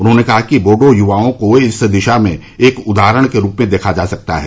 उन्होंने कहा कि बोडो युवाओं को इस दिशा में एक उदाहरण के रूप में देखा जा सकता है